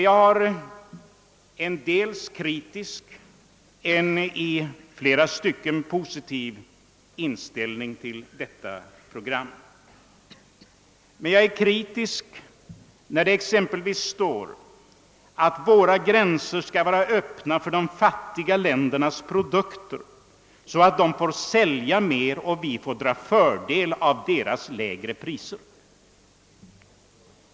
Jag har en på många punkter kritisk, på andra punkter positiv inställning till detta program. Jag är kritisk när det exempelvis står, att våra gränser skall vara öppna för de fattiga ländernas produkter, så att de får sälja mer och vi får dra fördel av deras lägre priser.